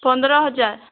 ପନ୍ଦର ହଜାର